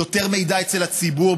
יותר מידע אצל הציבור,